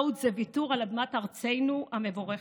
חיסול החקלאות זה ויתור על אדמת ארצנו המבורכת.